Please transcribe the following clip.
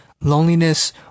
loneliness